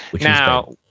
now